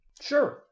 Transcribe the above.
Sure